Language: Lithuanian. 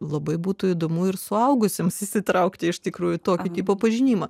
labai būtų įdomu ir suaugusiems įsitraukti iš tikrųjų tokio tipo pažinimą